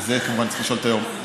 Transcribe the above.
את זה, כמובן, צריך לשאול את היו"ר.